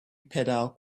pedal